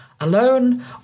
alone